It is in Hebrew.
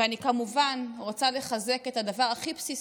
ואני כמובן רוצה לחזק את הדבר הכי בסיסי: